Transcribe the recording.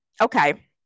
Okay